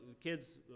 kids